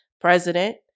president